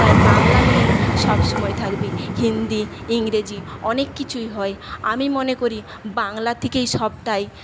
তাই বাংলা নিয়েই সবসময়ে থাকবি হিন্দি ইংরেজি অনেক কিছুই হয় আমি মনে করি বাংলা থেকেই সবটাই